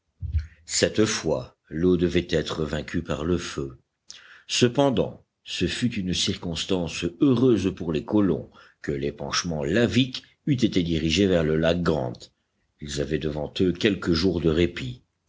cette fois l'eau devait être vaincue par le feu cependant ce fut une circonstance heureuse pour les colons que l'épanchement lavique eût été dirigé vers le lac grant ils avaient devant eux quelques jours de répit